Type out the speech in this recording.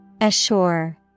Assure